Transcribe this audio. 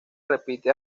repite